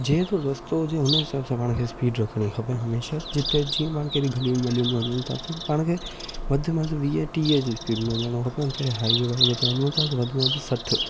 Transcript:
जहिड़ो रस्तो हुजे हुन हिसाब सां पाण खे स्पीड रखिणी खपे हमेशा जिते जीअं पाण कहिड़ी गलियुनि वलियुनि में वञूं था त पाण खे वधि में वधि वीह टीह जी स्पीड में वञिणो खपे कहिड़े हाइवे वाइवे ते वञूं था त वधि में वधि सठ